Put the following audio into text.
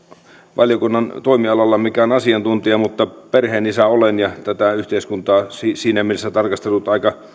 ja terveysvaliokunnan toimialalla mikään asiantuntija mutta perheenisä olen ja tätä yhteiskuntaa siinä siinä mielessä tarkastellut